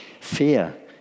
fear